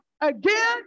again